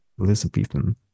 elizabethan